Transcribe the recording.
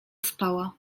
spała